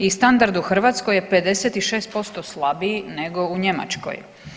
I standard u Hrvatskoj je 56% slabiji nego u Njemačkoj.